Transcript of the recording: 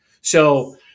So-